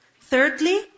Thirdly